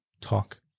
Talk